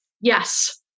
yes